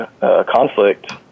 conflict